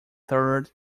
third